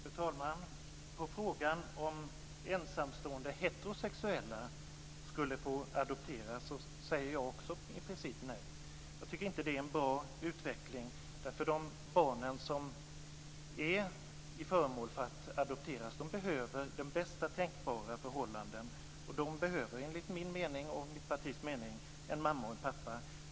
Fru talman! På frågan om ensamstående heterosexuella skulle få adoptera säger jag också i princip nej. Jag tycker inte att det är en bra utveckling, därför att de barn som är föremål för att adopteras behöver de bästa tänkbara förhållanden, och de behöver enligt min och mitt partis mening en mamma och en pappa.